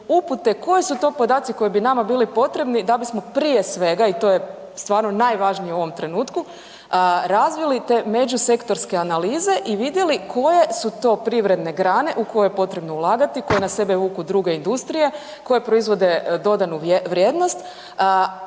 upute koji su to podaci koji bi nama bili potrebni da bismo prije svega i to je stvarno najvažnije u ovom trenutku, razvili te međusektorske analize i vidjeli koje su to privredne grane u koje je potrebno ulagati koje na sebe vuku druge industrije, koje proizvode dodanu vrijednost,